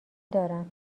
دارم